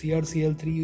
CrCl3